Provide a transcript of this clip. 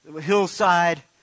hillside